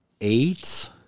eight